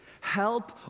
help